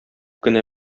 кенә